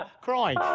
crying